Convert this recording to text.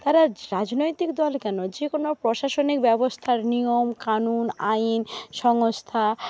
তারা রাজনৈতিক দল কেন যে কোনো প্রসাশনিক ব্যবস্থার নিয়মকানুন আইন সংস্থা